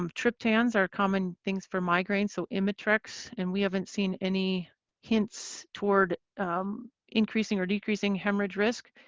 um triptans are common things for migraine so imitrex and we haven't seen any hints toward increasing or decreasing hemorrhage risk.